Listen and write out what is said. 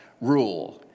rule